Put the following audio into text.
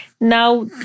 Now